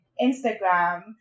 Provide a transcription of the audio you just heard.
Instagram